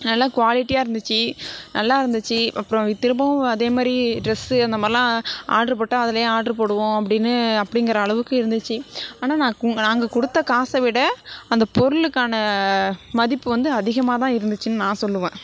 நல்ல குவாலிட்டியாக இருந்துச்சு நல்லா இருந்துச்சு அப்புறம் திரும்பவும் அதே மாதிரி ட்ரஸ்ஸு அந்த மாதிரிலாம் ஆர்டரு போட்டால் அதிலையே ஆர்டரு போடுவோம் அப்படின்னு அப்படிங்கிற அளவுக்கு இருந்துச்சு ஆனால் நான் நாங்கள் கொடுத்த காசை விட அந்த பொருளுக்கான மதிப்பு வந்து அதிகமாகதான் இருந்துச்சுன்னு நான் சொல்லுவேன்